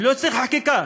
לא צריך חקיקה.